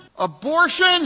Abortion